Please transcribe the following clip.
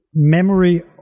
memory